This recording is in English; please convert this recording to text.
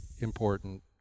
important